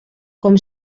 com